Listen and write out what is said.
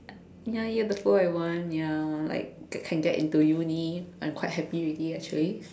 ya ya before I want ya like can get into uni I am quite happy already actually